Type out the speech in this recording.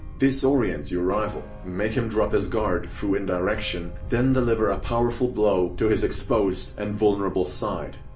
disorient your rival, make him drop his guard through indirection, then deliver a powerful blow to his exposed and vulnerable side.